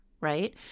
Right